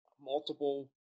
multiple